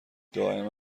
دائما